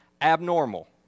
Abnormal